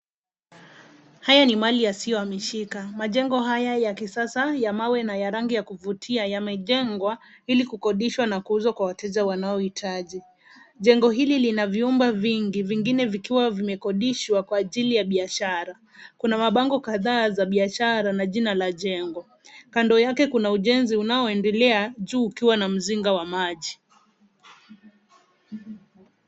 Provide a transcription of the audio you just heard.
Haya ni Mali yasiyohamishika. Majengo haya ya kisasa ya mawe na rangi ya kuvutia yamejengwa ili kukodishwa na kuuzwa kwa wateja wanaohitaji. Jengo hili lina vyumba vingi, vingine vikiwa vimekodishwa kwa ajili ya biashara. Kuna mabango kadhaa za biashara na jina la jengo. Kando yake kuna ujenzi unaoendelea juu ukiwa na mzinga wa maji.